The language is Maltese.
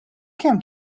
kemm